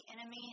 enemy